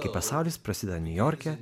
kai pasaulis prasideda niujorke